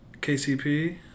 KCP